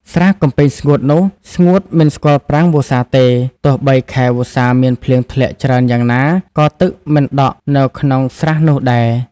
ស្រះកំពែងស្ងួតនោះ ស្ងួតមិនស្គាល់ប្រាំងវស្សាទេ ទោះបីខែវស្សាមានភ្លៀងធ្លាក់ច្រើនយ៉ាងណា ក៏ទឹកមិនដក់នៅក្នុងស្រះនោះដែរ